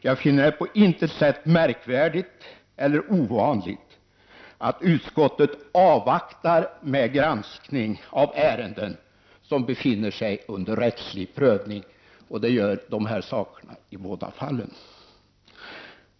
Jag finner inte att det på något sätt är märkvärdigt eller ovanligt att utskottet avvaktar med granskning av ärenden som befinner sig under rättslig prövning — och så är det i dessa båda fall.